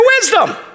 wisdom